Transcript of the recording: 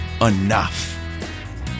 enough